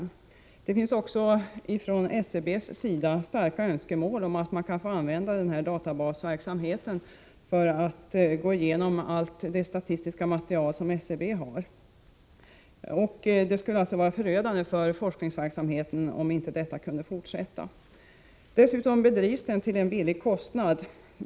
Även från SCB finns starka önskemål om att få använda denna databasverksamhet för att gå igenom allt det statistiska material som SCB har. Det skulle alltså vara förödande för forskningsverksamheten om databasverksamheten inte kan fortsätta. Dessutom bedrivs den till en billig kostnad.